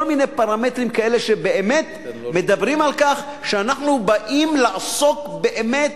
כל מיני פרמטרים כאלה שמדברים על כך שאנחנו באים לעסוק באמת